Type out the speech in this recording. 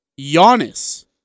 Giannis